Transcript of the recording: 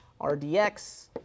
RDX